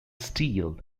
steele